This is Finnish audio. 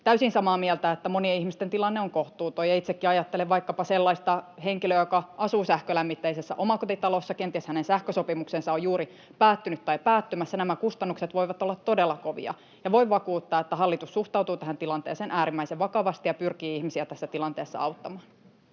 täysin samaa mieltä, että monien ihmisten tilanne on kohtuuton. Itsekin ajattelen vaikkapa sellaista henkilöä, joka asuu sähkölämmitteisessä omakotitalossa ja jonka sähkösopimus on kenties juuri päättynyt tai päättymässä. Nämä kustannukset voivat olla todella kovia. Voin vakuuttaa, että hallitus suhtautuu tähän tilanteeseen äärimmäisen vakavasti ja pyrkii ihmisiä tässä tilanteessa auttamaan.